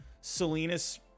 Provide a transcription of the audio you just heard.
Salinas